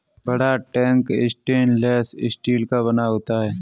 बड़ा tank stainless steel का बना होता है